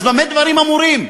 אז במה דברים אמורים?